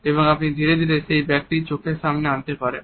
এবং ধীরে ধীরে এটিকে সেই ব্যক্তির চোখের সামনে আনতে পারেন